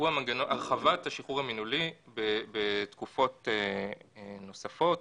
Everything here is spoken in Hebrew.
הוא הרחבת השחרור המינהלי בתקופות נוספות,